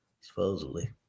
supposedly